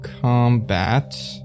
combat